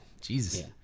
Jesus